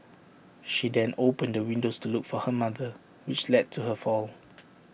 she then opened the windows to look for her mother which led to her fall